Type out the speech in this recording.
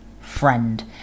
friend